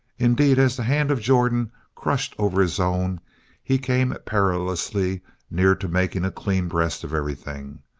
indeed, as the hand of jordan crushed over his own he came perilously near to making a clean breast of everything,